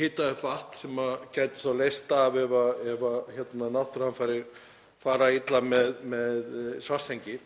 hita upp vatn sem gæti þá leyst af ef náttúruhamfarir fara illa með Svartsengi.